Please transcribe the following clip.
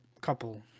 couple